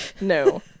No